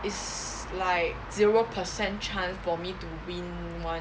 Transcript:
it's like zero percent chance for me to win [one]